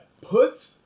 Put